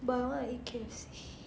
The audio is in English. but I want to eat K_F_C